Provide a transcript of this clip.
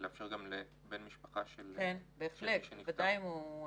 אפשר להוסיף בן משפחה שיוכל לדרוש עבור מי שכבר אינו בחיים.